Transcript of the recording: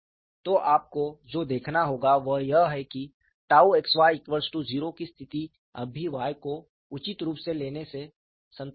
तो आपको जो देखना होगा वह यह है कि xy0 की स्थिति अभी भी Y को उचित रूप से लेने से संतोषजनक है